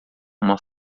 uma